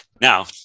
Now